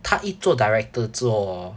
她一做 director 之后 orh